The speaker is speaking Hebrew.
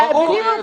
זה ברור אדוני.